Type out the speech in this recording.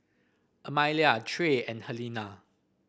Amalia Trey and Helena